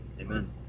Amen